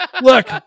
look